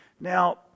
Now